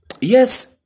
Yes